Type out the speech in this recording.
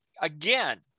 again